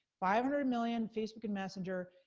five hundred million facebook and messenger,